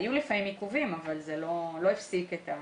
היו לפעמים עיכובים אבל זה לא הפסיק את הטיפול.